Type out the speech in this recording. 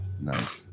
nice